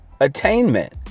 attainment